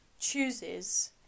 chooses